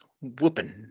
whooping